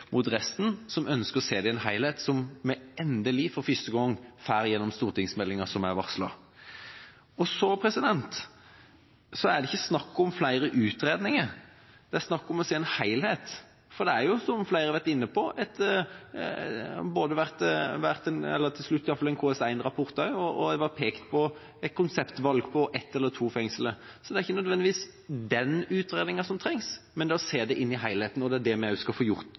mot resten, som ønsker å se det i en helhet, som vi endelig for første gang får gjøre gjennom stortingsmeldingen som er varslet. Og så er det ikke snakk om flere utredninger. Det er snakk om å se en helhet. For det har jo, som flere har vært inne på, vært en KS1-rapport også, og det ble pekt på et konseptvalg på ett eller to fengsler, så det er ikke nødvendigvis den utredningen som trengs, men det å se det i en helhet, og det er det vi også skal få gjort